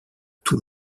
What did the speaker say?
tout